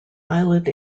island